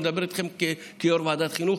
אני מדבר איתכם כיושב-ראש ועדת החינוך.